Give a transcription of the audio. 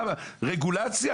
רגולציה?